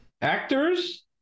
actors